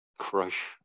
crush